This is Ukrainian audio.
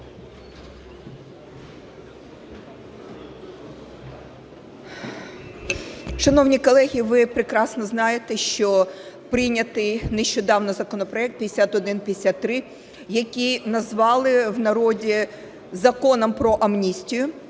Шановні колеги, ви прекрасно знаєте, що прийнятий нещодавно законопроект 5153, який назвали в народі Законом про амністію,